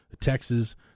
Texas